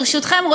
ברשותכם,